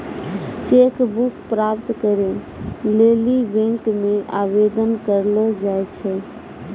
cheque book प्राप्त करै लेली बैंक मे आवेदन करलो जाय छै